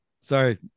sorry